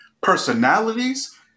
personalities